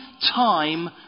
time